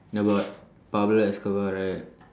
ya but Pablo Escobar right